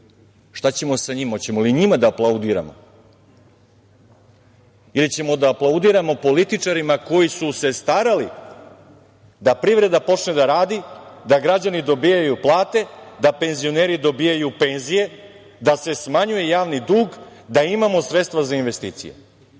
Šta ćemo sa njima? Hoćemo li i njima da aplaudiramo? Ili ćemo da aplaudiramo političarima koji su se starali da privreda počne da radi, da građani dobijaju plate, da penzioneri dobijaju penzije, da se smanjuje javni dug, da imamo sredstva za investicije?